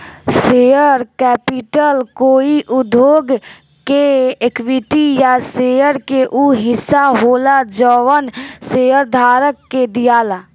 share capital कोई उद्योग के इक्विटी या शेयर के उ हिस्सा होला जवन शेयरधारक के दियाला